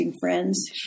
friends